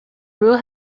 rule